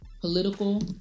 political